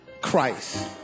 Christ